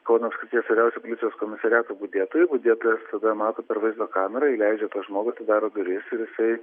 kauno apskrities vyriausiuoju policijos komisariato budėtoju budėtojas tada mato per vaizdo kamerą įleidžią tą žmogų atidaro duris ir jisai